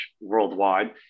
Worldwide